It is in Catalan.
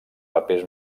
papers